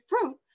fruit